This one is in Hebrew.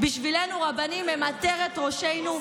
בשבילנו רבנים הם עטרת ראשנו,